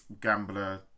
gambler